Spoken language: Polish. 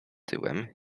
tyłem